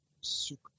Super